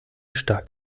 stark